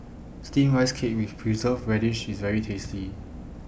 Steamed Rice Cake with Preserved Radish IS very tasty